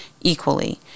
equally